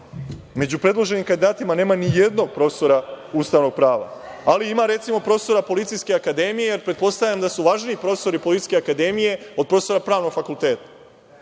među predloženim kandidatima nema ni jednog profesora ustavnog prava. Ali, ima, recimo, profesora policijske akademije, jer pretpostavljam da su važniji profesori policijske akademije od profesora pravnog fakulteta.